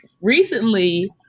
recently